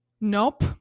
Nope